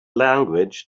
language